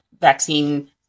vaccine